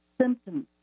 symptoms